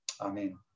Amen